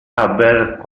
haber